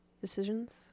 decisions